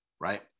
right